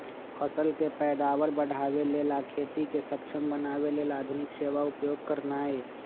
फसल के पैदावार बढ़ाबे लेल आ खेती के सक्षम बनावे लेल आधुनिक सेवा उपयोग करनाइ